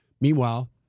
Meanwhile